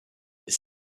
his